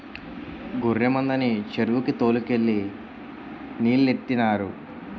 గొర్రె మందని చెరువుకి తోలు కెళ్ళి నీలెట్టినారు